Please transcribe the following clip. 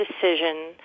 decision